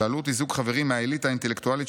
שאלו אותי זוג חברים מהאליטה האינטלקטואלית